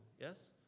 yes